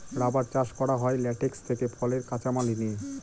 rubber চাষ করা হয় ল্যাটেক্স থেকে ফলের কাঁচা মাল নিয়ে